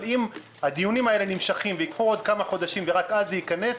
אבל אם הדיונים האלה נמשכים וייקח כמה חודשים ורק אז זה ייכנס,